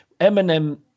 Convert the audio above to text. Eminem